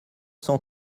cent